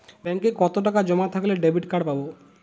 ব্যাঙ্কে কতটাকা জমা থাকলে ডেবিটকার্ড পাব?